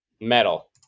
Metal